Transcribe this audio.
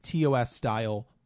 TOS-style